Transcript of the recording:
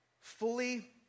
fully